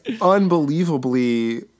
unbelievably